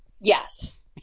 Yes